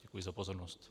Děkuji za pozornost.